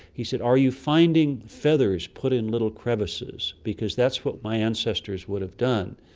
he said, are you finding feathers put in little crevices, because that's what my ancestors would have done.